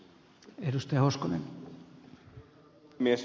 arvoisa herra puhemies